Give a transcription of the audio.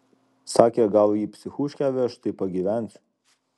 sakė gal į psichuškę veš tai pagyvensiu